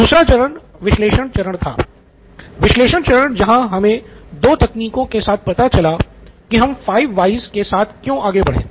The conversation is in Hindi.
दूसरा चरण विश्लेषण चरण था विश्लेषण चरण जहां हमे दो तकनीकों के साथ पता चला कि हम फाइव व्हयस के साथ क्यों आगे बढ़े